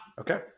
Okay